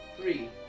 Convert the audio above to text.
three